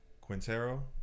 Quintero